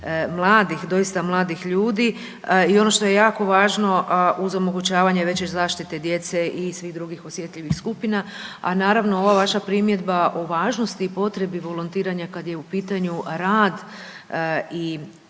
mladih, doista mladih ljudi i ono što je jako važno uz onemogućavanje veće zaštite djece i svih drugih osjetljivih skupina, a naravno, ova vaša primjedba o važnosti i potrebi volontiranja kad je u pitanju rad i, ja